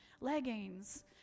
leggings